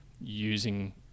using